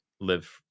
live